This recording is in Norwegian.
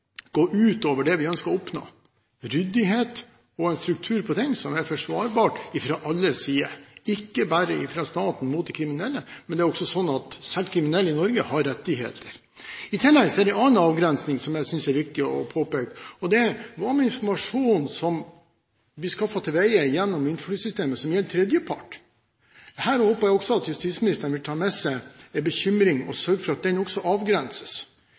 gå ut over det vi ønsker å oppnå, ryddighet og en struktur på den som er forsvarbart fra alle sider – ikke bare fra staten mot de kriminelle, men det er også sånn at selv kriminelle i Norge har rettigheter. I tillegg er det en annen avgrensning som jeg synes er viktig å påpeke, og det er: Hva med informasjon som blir skaffet til veie gjennom INFOFLYT-systemet som gjelder tredjepart? Her håper jeg også at justisministeren vil ta med seg en bekymring og sørge for at den også avgrenses.